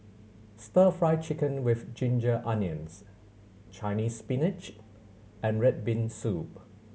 Stir Fry Chicken with ginger onions Chinese Spinach and red bean soup